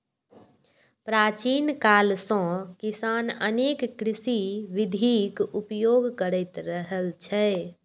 प्राचीन काल सं किसान अनेक कृषि विधिक उपयोग करैत रहल छै